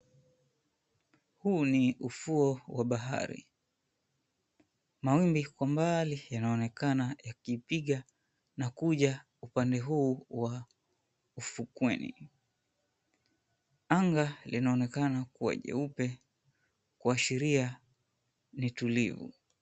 Huu ni ufuo wa bahari. Mawimbi kwa mbali yanaonekana yakipiga na kuja upande huu wa ufukweni. Anga linaonekana kuwa jeupe, kuashiria ni tulivu.